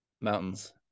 Mountains